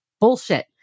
bullshit